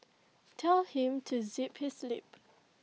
tell him to zip his lip